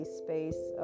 space